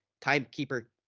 timekeeper